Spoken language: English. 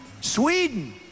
Sweden